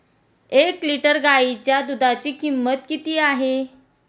एक लिटर गाईच्या दुधाची किंमत किती आहे?